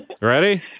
Ready